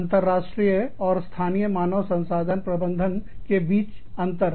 अंतरराष्ट्रीय और स्थानीय मानव संसाधन प्रबंधन के बीच अंतर